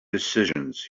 decisions